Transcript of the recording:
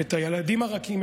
את הילדים הרכים,